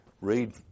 read